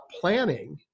planning